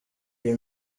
iyi